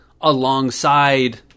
alongside